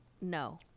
No